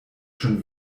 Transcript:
schon